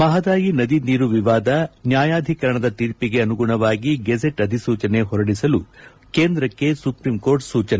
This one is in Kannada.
ಮಹದಾಯಿ ನದಿ ನೀರು ವಿವಾದ ನ್ಯಾಯಾಧೀಕರಣದ ತೀರ್ಪಿಗೆ ಅನುಗುಣವಾಗಿ ಗೆಜೆಟ್ ಅಧಿಸೂಚನೆ ಹೊರಡಿಸಲು ಕೇಂದ್ರಕ್ಕೆ ಸುಪ್ರೀಂಕೋರ್ಟ್ ಸೂಚನೆ